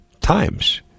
times